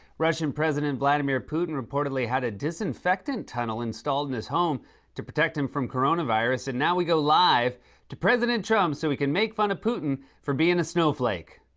russian president vladimir putin reportedly had a disinfectant tunnel installed in his home to protect him from coronavirus. and, now, we go live to president trump, so he can make fun of putin for bein' a snowflake.